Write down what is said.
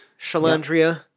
Shalandria